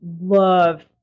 love